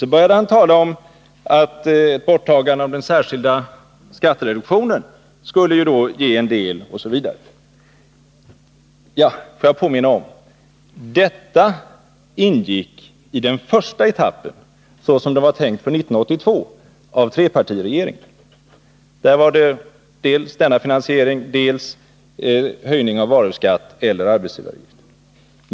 Sedan började han tala om att borttagandet av den särskilda skattereduktionen skulle ge en del, osv. Låt mig påminna om att detta ingick i den första etappen så som trepartiregeringen tänkte sig det hela för 1982. Då gällde alltså dels denna form av finansiering, dels höjning av varuskatt eller arbetsgivaravgift.